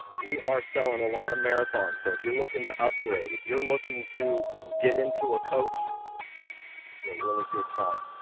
we are selling a lot of marathons so if you're looking to upgrade, if you're looking to get into a coach, this is a really good time.